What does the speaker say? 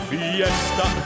Fiesta